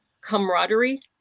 camaraderie